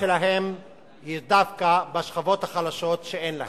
שלהם תהיה דווקא בשכבות החלשות, שאין להן.